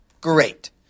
Great